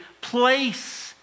place